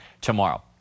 tomorrow